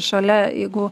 šalia jeigu